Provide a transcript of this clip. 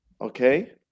Okay